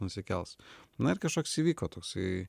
nusikels na ir kažkoks įvyko toksai